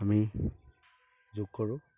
আমি যোগ কৰোঁ